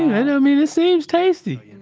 you know mean, it seems tasty. and